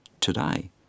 today